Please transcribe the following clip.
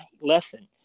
lesson